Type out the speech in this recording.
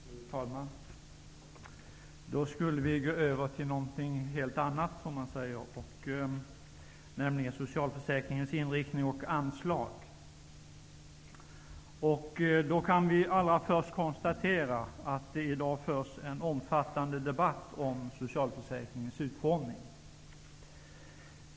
Fru talman! Nu skall vi gå över till någonting helt annat, nämligen socialförsäkringens inriktning och anslag. Vi kan allra först konstatera att det i dag förs en omfattande debatt om socialförsäkringens utformning.